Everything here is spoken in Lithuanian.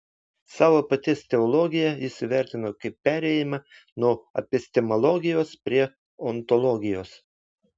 savo paties teologiją jis įvertino kaip perėjimą nuo epistemologijos prie ontologijos